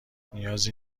نیازی